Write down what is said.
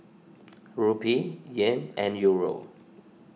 Rupee Yen and Euro